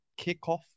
kickoff